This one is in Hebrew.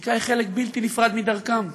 השתיקה היא חלק בלתי נפרד מדרכם.